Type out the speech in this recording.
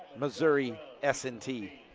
missouri s and t.